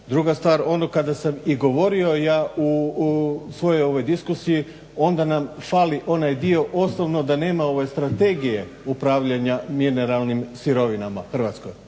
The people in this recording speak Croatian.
Druga stvar, ono kada sam i govorio i u svojoj ovo diskusiji onda nam fali onaj dio osnovno da nema ovaj strategije upravljanja mineralnim sirovinama u Hrvatskoj.